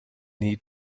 need